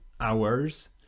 hours